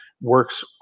works